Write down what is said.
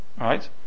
Right